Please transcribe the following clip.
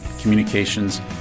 communications